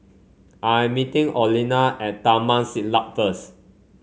I am meeting Olena at Taman Siglap first